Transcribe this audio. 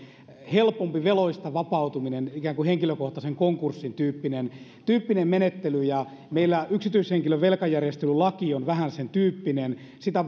helpompi veloista vapautuminen ikään kuin henkilökohtaisen konkurssin tyyppinen tyyppinen menettely meillä yksityishenkilön velkajärjestelylaki on vähän sentyyppinen ja sitä